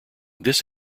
this